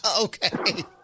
Okay